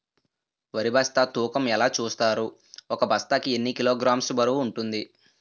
వరి బస్తా తూకం ఎలా చూస్తారు? ఒక బస్తా కి ఎన్ని కిలోగ్రామ్స్ బరువు వుంటుంది?